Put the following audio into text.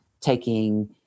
taking